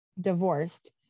divorced